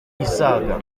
isaga